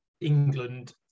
England